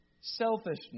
selfishness